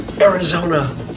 Arizona